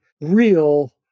real